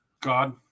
God